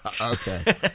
Okay